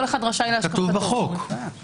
כל אחד רשאי לראות- - זה כתוב בחוק עצמו.